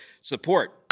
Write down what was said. support